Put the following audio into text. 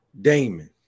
Damon